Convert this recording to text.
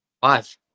five